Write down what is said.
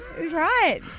Right